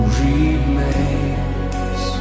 remains